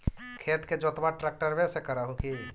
खेत के जोतबा ट्रकटर्बे से कर हू की?